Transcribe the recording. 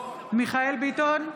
מיכאל מרדכי ביטון,